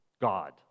God